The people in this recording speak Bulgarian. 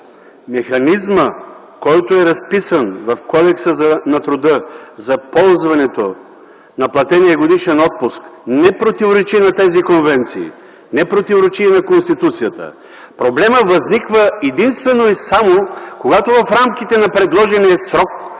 механизмът, който е разписан в Кодекса на труда за ползването на платения годишен отпуск, не противоречи на тези конвенции, не противоречи и на Конституцията. Проблемът възниква единствено и само, когато в рамките на предложения срок